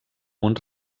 uns